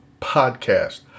podcast